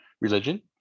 religion